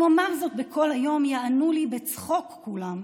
אם אומר זאת בקול היום, יענו לי בצחוק כולם.